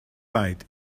weit